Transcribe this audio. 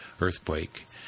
earthquake